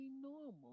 normal